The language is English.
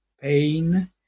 pain